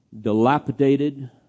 dilapidated